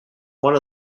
one